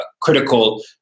critical